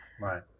Right